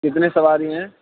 کتنے سواری ہیں